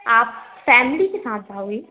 आप सेंडी के साथ आओगे